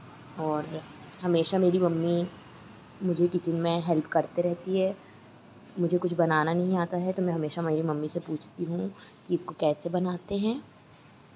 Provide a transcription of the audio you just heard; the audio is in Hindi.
और हमेशा मेरी मम्मी मुझे किचेन में हेल्प करते रहती है मुझे कुछ बनाना नहीं आता है तो मैं हमेशा मेरी मम्मी से पूछती हूँ कि इसको कैसे बनाते हैं